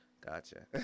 gotcha